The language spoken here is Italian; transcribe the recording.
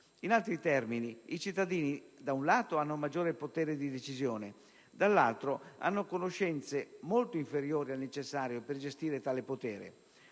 In altri termini, i cittadini, da un lato hanno maggiore potere di decisione, dall'altro, hanno conoscenze molto inferiori al necessario per gestire tale potere.